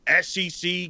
SEC